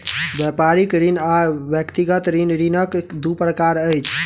व्यापारिक ऋण आर व्यक्तिगत ऋण, ऋणक दू प्रकार अछि